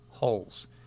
holes